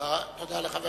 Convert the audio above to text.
תודה לחבר